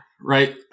right